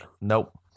Nope